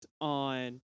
on